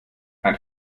ein